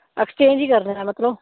exchange ਹੀ ਕਰ ਲੈਣਾ ਮਤਲਬ